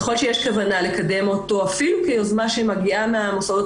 ככל שיש כוונה לקדם אותו אפילו כיוזמה שמגיעה מהמוסדות